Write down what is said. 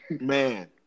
man